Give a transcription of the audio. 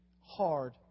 hard